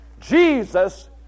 Jesus